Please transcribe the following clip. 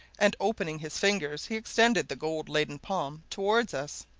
and opening his fingers he extended the gold-laden palm towards us.